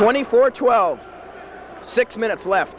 twenty four twelve six minutes left